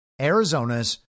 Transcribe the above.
Arizona's